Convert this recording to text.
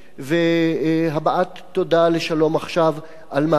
והבעת תודה ל"שלום עכשיו" על מאמציה